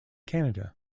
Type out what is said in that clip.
canada